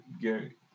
Gary